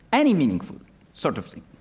any meaningful sort of thing.